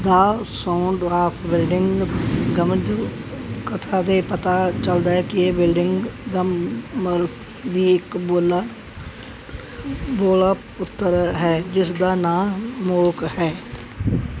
the sound of building ਗਮਜ਼ੂ ਕਥਾ ਦੇ ਪਤਾ ਚੱਲਦਾ ਹੈ ਕਿ ਇਹ ਬਿਲੀਡਿੰਗ ਗਮ ਮਰਫ ਦੀ ਇੱਕ ਬੋਲਾ ਬੋਲਾ ਪੁੱਤਰ ਹੈ ਜਿਸ ਦਾ ਨਾਂ ਮੋਕ ਹੈ